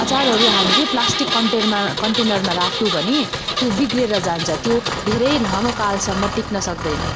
अचारहरू हामीले प्लास्टिक कन्टेनरमा कन्टेनरमा राख्यौँ भने त्यो बिग्रिएर जान्छ त्यो धेरै लामो कालसम्म टिक्न सक्दैन